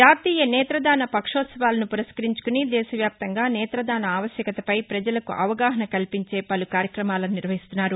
జాతీయ నేత్ర దాన పక్షోత్సవాలను పురస్కరించుకుని దేశవ్యాప్తంగా నేత్ర దాన ఆవశ్యకతపై ప్రజలకు అవగాహన కల్పించే పలు కార్యక్రమాలను నిర్వహిస్తున్నారు